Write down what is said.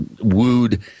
wooed